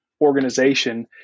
organization